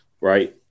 right